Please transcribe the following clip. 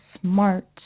smart